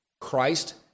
Christ